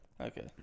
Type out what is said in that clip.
Okay